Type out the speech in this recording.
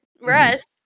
rest